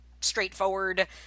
straightforward